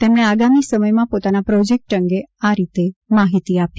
તેમણે આગામી સમયમાં પોતાના પ્રોજેક્ટ અંગે આ રીતે માહિતી આપી